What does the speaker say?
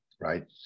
Right